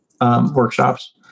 workshops